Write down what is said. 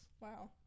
Wow